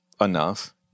enough